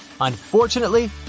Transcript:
unfortunately